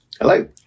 Hello